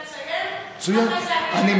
אתה תסיים, אחרי זה, מצוין.